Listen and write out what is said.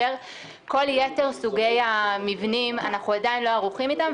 כל יתר סוגי המבנים אנחנו עדיין לא ערוכים איתם.